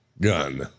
gun